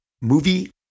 movie